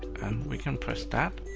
and we can press that,